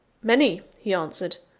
many, he answered,